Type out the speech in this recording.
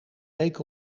week